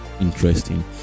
interesting